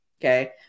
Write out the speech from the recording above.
Okay